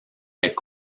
est